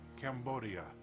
Cambodia